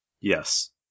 Yes